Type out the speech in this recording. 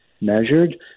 measured